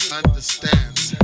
understands